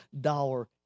dollar